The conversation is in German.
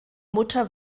mutter